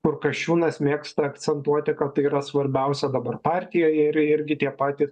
kur kasčiūnas mėgsta akcentuoti kad tai yra svarbiausia dabar partijoje ir irgi tie patys